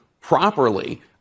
properly